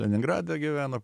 leningrade gyveno